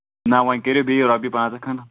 نہ وۄنۍ کٔرِو بیٚیہِ رۄپیہِ پنٛژاہ کھںڈ